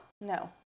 No